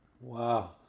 Wow